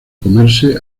comerse